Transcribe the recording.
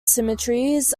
symmetries